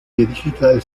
digital